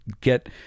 get